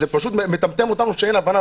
זה פשוט מטמטם אותנו שאין הבנה,